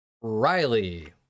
Riley